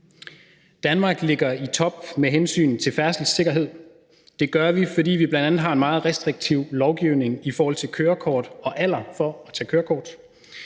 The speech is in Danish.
Danmark ligger i top med hensyn til færdselssikkerhed. Det gør vi, bl.a. fordi vi har en meget restriktiv lovgivning i forhold til alder for at tage kørekort.